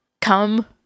Come